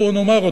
בואו נאמר,